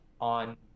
on